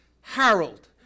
Harold